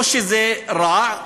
לא שזה רע,